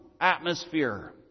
atmosphere